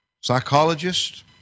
psychologist